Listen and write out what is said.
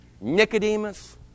Nicodemus